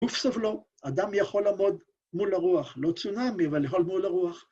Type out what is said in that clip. אוף סבלו, אדם יכול לעמוד מול הרוח, לא צונמי, אבל יכול מול הרוח.